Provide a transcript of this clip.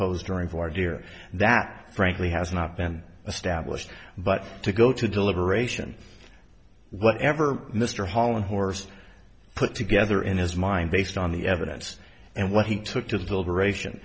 posed during voir dire that frankly has not been established but to go to deliberation whatever mr holland horse put together in his mind based on the evidence and what he took to the deliberation